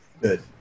Good